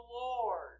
Lord